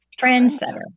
Trendsetter